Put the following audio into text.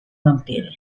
vampiri